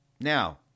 Now